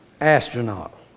astronaut